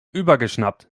übergeschnappt